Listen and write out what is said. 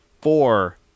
four